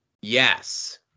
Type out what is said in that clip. Yes